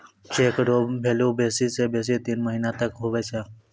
cheque रो value बेसी से बेसी तीन महीना तक हुवै छै